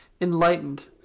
enlightened